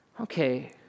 okay